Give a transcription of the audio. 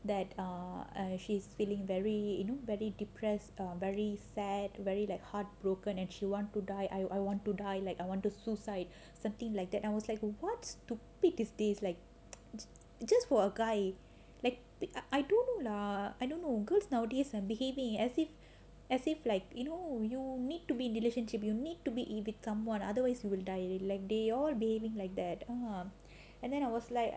that err err she's feeling very you know very depressed err very sad very like heartbroken and she want to die I want to die like I want to suicide something like that I was like what stupid is this like just for a guy like I don't know lah I don't know girls nowadays are behaving as if as if like you know you need to be relationship you need to be with someone otherwise you will die the they all behaving like that and then I was like